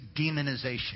demonization